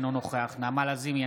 אינו נוכח נעמה לזימי,